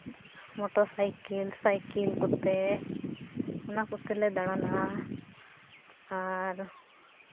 motor ᱥᱟᱭᱠᱮ cycle ᱠᱚᱛᱮ ᱚᱱᱟ ᱠᱚᱛᱮ ᱞᱮ ᱫᱟᱲᱟᱱᱟ ᱟᱨ